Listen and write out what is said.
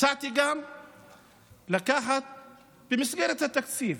הצעתי גם במסגרת התקציב,